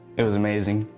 it was amazing.